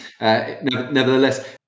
nevertheless